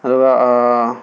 ꯑꯗꯨꯒ